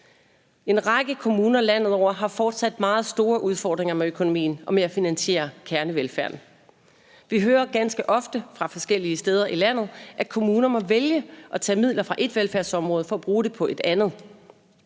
En række kommuner landet over har fortsat meget store udfordringer med økonomien og med at finansiere kernevelfærden. Vi hører ganske ofte fra forskellige steder i landet, at kommuner må vælge at tage midler fra ét velfærdsområde for at bruge det på et andet.